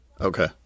Okay